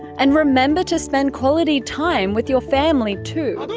and remember to spend quality time with your family too!